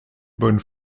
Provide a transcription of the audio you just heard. bonne